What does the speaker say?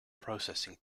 processing